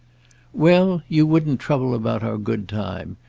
well, you wouldn't trouble about our good time.